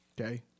Okay